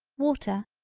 water,